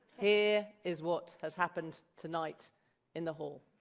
here is what has happened tonight in the hall.